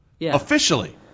Officially